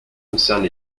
concerne